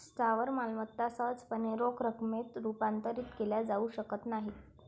स्थावर मालमत्ता सहजपणे रोख रकमेत रूपांतरित केल्या जाऊ शकत नाहीत